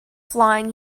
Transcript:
flying